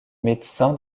médecin